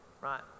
right